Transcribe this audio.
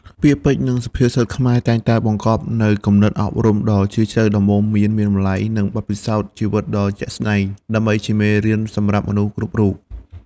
ពាក្យពេចន៍ និងសុភាសិតខ្មែរតែងតែបង្កប់នូវគំនិតអប់រំដ៏ជ្រាលជ្រៅ ដំបូន្មានមានតម្លៃ និងបទពិសោធន៍ជីវិតដ៏ជាក់ស្ដែង ដើម្បីជាមេរៀនសម្រាប់មនុស្សគ្រប់រូប។